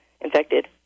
infected